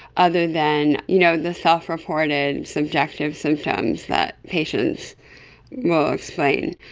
other than you know the self-reported subjective symptoms that patients will explain.